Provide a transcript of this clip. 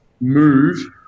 move